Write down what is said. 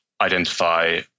identify